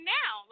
now